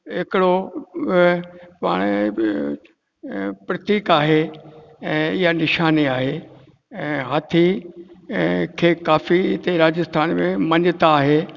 हिकिड़ो पाण बि प्रतीक आहे ऐं इहा निशानी आहे ऐं हाथी खे काफ़ी हिते राजस्थान में मान्यता आहे